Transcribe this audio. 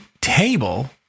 table